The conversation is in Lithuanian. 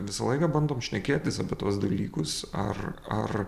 visą laiką bandom šnekėtis apie tuos dalykus ar ar